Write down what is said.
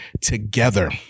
Together